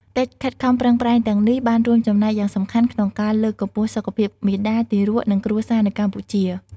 កិច្ចខិតខំប្រឹងប្រែងទាំងនេះបានរួមចំណែកយ៉ាងសំខាន់ក្នុងការលើកកម្ពស់សុខភាពមាតា ទារក និងគ្រួសារនៅកម្ពុជា ។